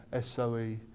SOE